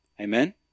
Amen